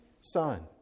Son